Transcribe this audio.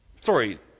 sorry